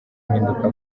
impinduka